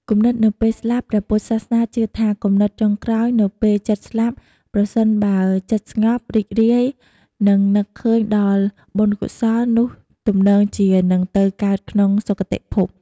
គំនិតនៅពេលស្លាប់ព្រះពុទ្ធសាសនាជឿថា គំនិតចុងក្រោយនៅពេលជិតស្លាប់ ប្រសិនបើចិត្តស្ងប់ រីករាយ និងនឹកឃើញដល់បុណ្យកុសល នោះទំនងជានឹងទៅកើតក្នុងសុគតិភព។